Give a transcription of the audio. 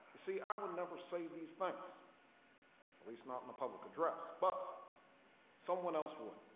see, i would never say these things at least not in the public address but someone else would,